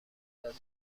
داد